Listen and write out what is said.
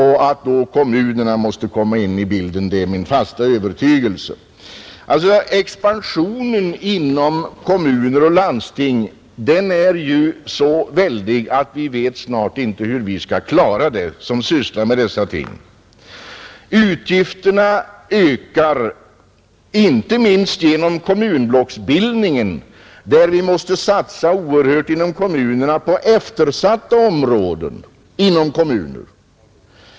Att kommunerna då måste komma in i bilden är min fasta övertygelse. Expansionen inom kommuner och landsting är ju så väldig att vi som sysslar med dessa ting snart inte vet hur vi skall klara situationen. Utgifterna ökar, inte minst genom kommunblocksbildningen. Vi måste satsa oerhört inom kommunerna på eftersatta områden.